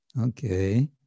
okay